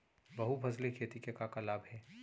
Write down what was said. बहुफसली खेती के का का लाभ हे?